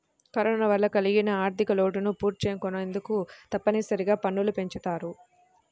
corona వల్ల కలిగిన ఆర్ధికలోటును పూడ్చుకొనేందుకు తప్పనిసరిగా పన్నులు పెంచుతారు